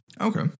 okay